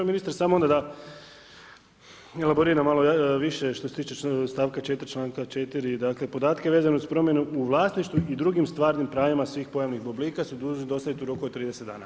Ministre samo da elaboriram malo više što se tiče stavka 4. članka 4. dakle, podatke vezano uz promjenu u vlasništvu i drugim stvarnim pravima svihj pojavnih oblika su dužni dostaviti u roku od 30 dana.